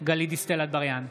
גלית דיסטל אטבריאן,